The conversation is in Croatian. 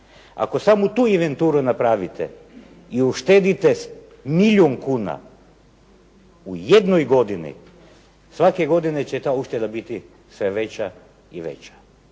Ako samo tu inventuru napravite i uštedite milijun kuna u jednoj godini, svake godine će ta ušteda biti sve veća i veća.